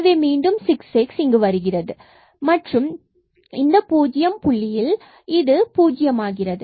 எனவே மீண்டும் 6x வருகிறது மற்றும் இந்த00 புள்ளியில் இது பூஜ்ஜியம் ஆகிறது